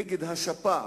נגד השפעת.